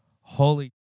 holy